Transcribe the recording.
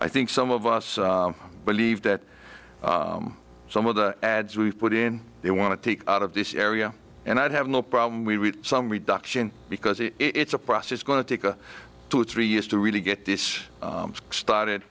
i think some of us believe that some of the ads we've put in they want to take out of this area and i'd have no problem we some reduction because it's a process going to take two or three years to really get this started